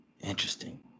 Interesting